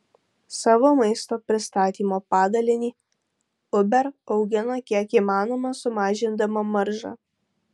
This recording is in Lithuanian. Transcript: savo maisto pristatymo padalinį uber augina kiek įmanoma sumažindama maržą